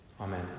Amen